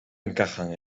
encajan